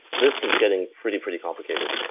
this is getting pretty, pretty complicated.